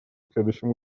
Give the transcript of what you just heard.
следующем